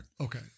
Okay